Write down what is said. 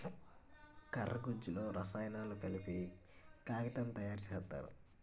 కర్ర గుజ్జులో రసాయనాలు కలిపి కాగితం తయారు సేత్తారు